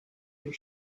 your